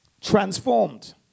transformed